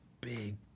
big